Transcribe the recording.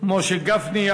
משה גפני,